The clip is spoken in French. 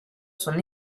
son